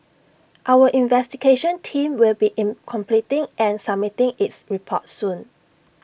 our investigation team will be in completing and submitting its report soon